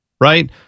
Right